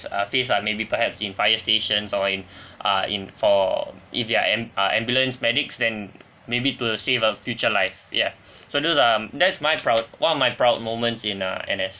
uh phase lah maybe perhaps in fire stations or in uh in for if they're am~ uh ambulance medics then maybe to save a future life yeah so those are that's my proud one of my proud moments in uh N_S